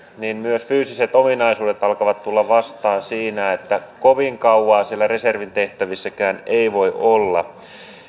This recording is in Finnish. myös fyysiset ominaisuudet alkavat tulla vastaan siinä että kovin kauan siellä reservinkään tehtävissä ei voi olla